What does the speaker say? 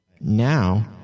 Now